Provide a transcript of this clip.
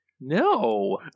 No